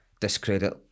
discredit